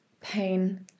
pain